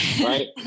right